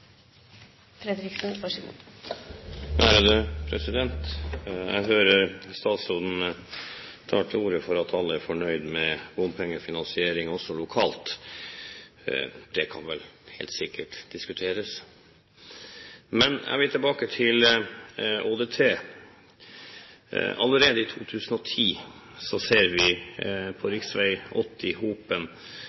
med bompengefinansiering, også lokalt. Det kan vel helt sikkert diskuteres. Men jeg vil tilbake til ÅDT. Allerede i 2010, om vi ser på rv. 80 i Hopen